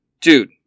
Dude